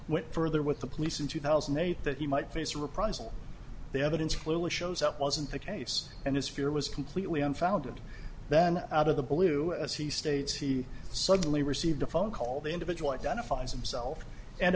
went further with the police in two thousand and eight that he might yes reprisal the evidence clearly shows that wasn't the case and his fear was completely unfounded then out of the blue as he states he suddenly received a phone call the individual identifies himself a